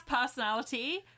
personality